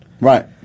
right